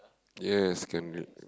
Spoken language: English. yes can re~